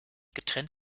getrennt